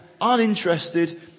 uninterested